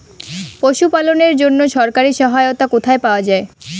পশু পালনের জন্য সরকারি সহায়তা কোথায় পাওয়া যায়?